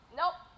nope